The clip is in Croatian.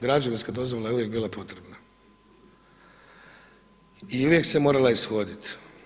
Građevinska dozvola je uvijek bila potrebna i uvijek se morala ishoditi.